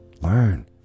Learn